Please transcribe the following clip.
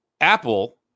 Apple